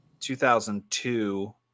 2002